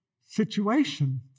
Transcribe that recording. situation